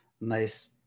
nice